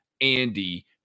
Andy